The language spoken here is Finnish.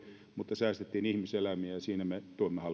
mutta säästettiin ihmiselämiä ja siinä me